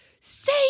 say